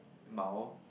mild